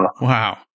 Wow